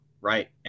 Right